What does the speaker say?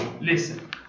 Listen